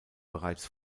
bereits